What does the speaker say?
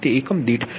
556 થશે